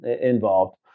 involved